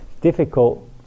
Difficult